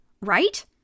Right